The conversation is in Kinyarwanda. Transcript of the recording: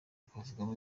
twavugamo